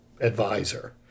advisor